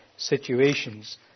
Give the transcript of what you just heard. situations